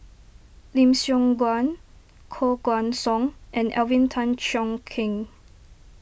Lim Siong Guan Koh Guan Song and Alvin Tan Cheong Kheng